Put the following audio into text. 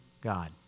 God